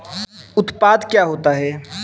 उत्पाद क्या होता है?